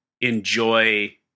enjoy